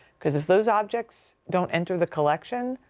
because if those objects don't enter the collection,